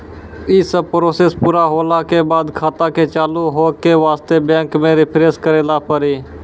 यी सब प्रोसेस पुरा होला के बाद खाता के चालू हो के वास्ते बैंक मे रिफ्रेश करैला पड़ी?